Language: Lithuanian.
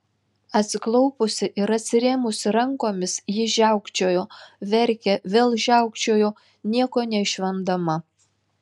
atsiklaupusi ir atsirėmusi rankomis ji žiaukčiojo verkė vėl žiaukčiojo nieko neišvemdama